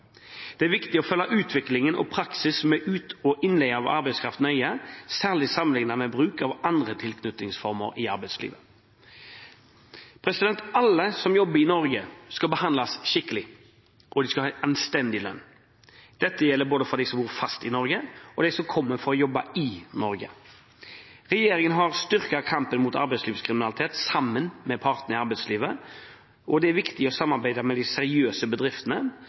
Det er viktig å følge utviklingen og praksis med utleie og innleie av arbeidskraft nøye, særlig sammenlignet med bruk av andre tilknytningsformer i arbeidslivet. Alle som jobber i Norge, skal behandles skikkelig, og de skal ha en anstendig lønn. Dette gjelder både de som bor fast i Norge, og de som kommer for å jobbe i Norge. Regjeringen har styrket kampen mot arbeidslivskriminalitet sammen med partene i arbeidslivet. Det er viktig å samarbeide med de seriøse bedriftene,